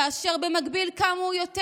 כאשר במקביל קמו יותר